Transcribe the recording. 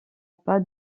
pas